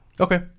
Okay